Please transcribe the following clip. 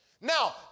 Now